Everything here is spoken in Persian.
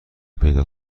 پیدا